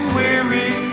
weary